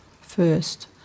first